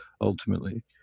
ultimately